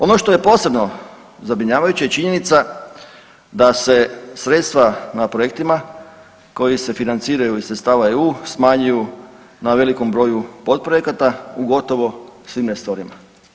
Ono što je posebno zabrinjavajuće je činjenica da se sredstva na projektima koji se financiranju iz sredstava EU smanjuju na velikom broju potprojekata u gotovo svim resorima.